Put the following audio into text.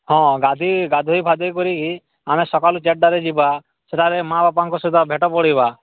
ହଁ ଗାଧେଇ ଗାଧୋଇ ଫାଧୋଇ କରି ଆମେ ସକାଳୁ ଚାରିଟାରେ ଯିବା ସେଠାରେ ମା' ବାପାଙ୍କ ସୁଦା ଭେଟ ପଡ଼ିବା